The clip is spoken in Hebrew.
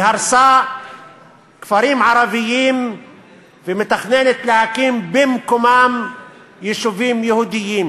היא הרסה כפרים ערביים ומתכננת להקים במקומם יישובים יהודיים.